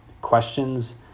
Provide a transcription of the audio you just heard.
questions